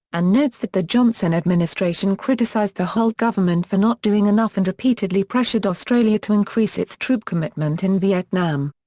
and notes that the johnson administration criticized the holt government for not doing enough and repeatedly pressured australia to increase its troop commitment in vietnam.